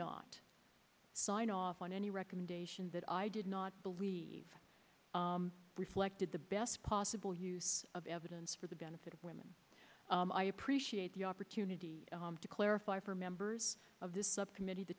not sign off on any recommendation that i did not believe reflected the best possible use of evidence for the benefit of women i appreciate the opportunity to clarify for members of this subcommittee the